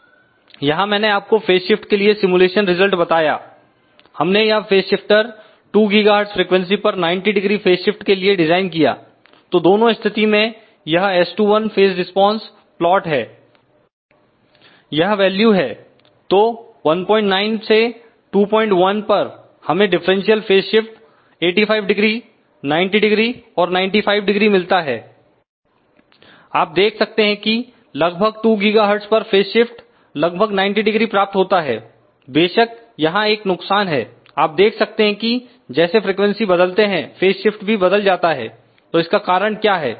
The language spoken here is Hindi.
यहां मैंने आपको फेज शिफ्ट के लिए सिमुलेशन रिजल्ट बताया हमने यह फेज शिफ्टर 2 GHz फ्रीक्वेंसी पर 900 फेज शिफ्ट के लिए डिज़ाइन किया तो दोनों स्थिति में यह S21 फेज रिस्पांस प्लॉट है यह वैल्यू है तो 19 से 21 पर हमें डिफरेंशियल फेज शिफ्ट 850 900 और 950 मिलता है आप देख सकते हैं कि लगभग 2 GHz पर फेज शिफ्ट लगभग 900 प्राप्त होता है बेशक यहां एक नुकसान है आप देख सकते हैं कि जैसे फ्रीक्वेंसी बदलते हैं फेज शिफ्ट भी बदल जाता है तो इसका कारण क्या है